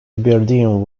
aberdeen